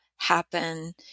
happen